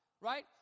right